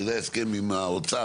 שזה ההסכם עם האוצר,